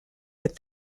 with